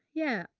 yeah